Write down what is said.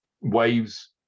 waves